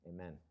amen